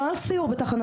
לא על סיור ב ---.